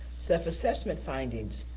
self-assessment findings,